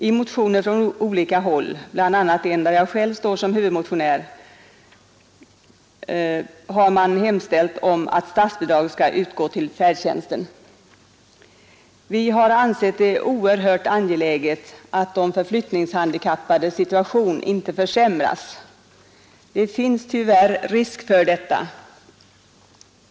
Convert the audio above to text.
I motioner från olika håll, bl.a. en där jag själv står som huvudmotionär, har man hemställt om att statsbidrag skall utgå till färdtjänsten. Det är oerhört angeläget att de förflyttningshandikappades situation inte försämras. Det finns tyvärr risk för detta.